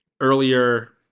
earlier